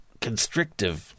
constrictive